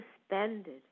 suspended